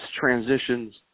transitions